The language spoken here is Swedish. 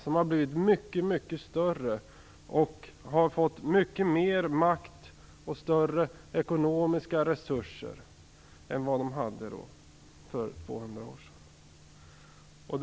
De har blivit mycket större, fått mycket mer makt och har mycket större ekonomiska resurser än för 230 år sedan.